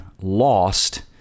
lost